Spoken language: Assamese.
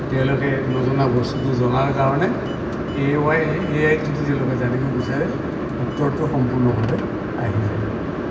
তেওঁলোকে নজনা বস্তুটো জনাৰ কাৰণে এৱাই এ আইত যদি তেওঁলোকে জানিব বিচাৰে উত্তৰটো সম্পূৰ্ণভাৱে আহি যায়